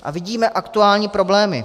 A vidíme aktuální problémy.